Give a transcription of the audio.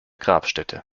grabstätte